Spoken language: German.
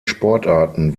sportarten